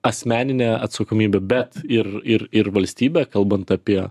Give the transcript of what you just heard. asmenine atsakomybe bet ir ir ir valstybe kalbant apie